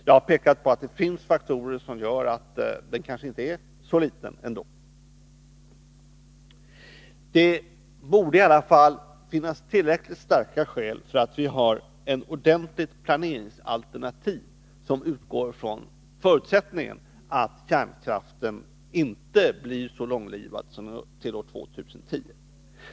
Jag har pekat på att det finns faktorer som gör att den kanske ändå inte är så liten. Det borde i alla fall finnas tillräckligt starka skäl för att ha ett ordentligt planeringsalternativ som utgår från förutsättningen att kärnkraften inte blir så långlivad som till år 2010.